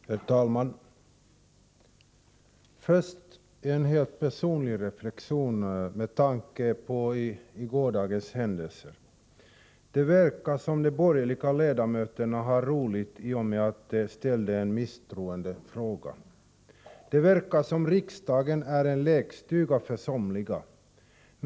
Herr talman! Först en helt personlig reflexion med tanke på gårdagens händelser. Det verkar som om de borgerliga ledamöterna har roligt i och med att de ställde en misstroendefråga. Det verkar som om riksdagen är en lekstuga för somliga.